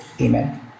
amen